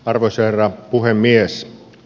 arvoisa herra puhemies